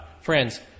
Friends